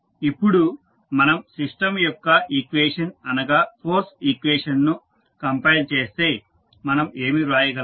ఇప్పుడు మనం సిస్టం యొక్క ఈక్వేషన్ అనగా ఫోర్స్ ఈక్వేషన్ ను కంపైల్ చేస్తే మనం ఏమి వ్రాయగలం